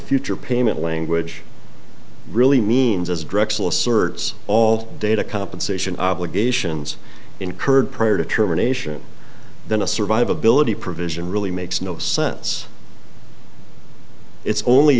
future payment language really means as drexel asserts all data compensation obligations incurred prior to termination then a survivability provision really makes no sense it's only